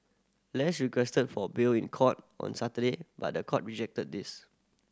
less requested for bail in court on Saturday but the court rejected this